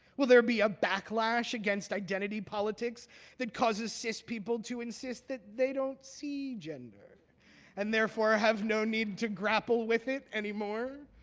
will there be a backlash against identity politics that causes cis people to insist that they don't see gender and therefore ah have no need to grapple with it anymore?